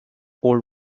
old